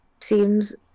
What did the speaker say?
seems